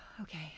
Okay